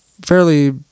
fairly